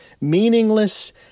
meaningless